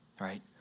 right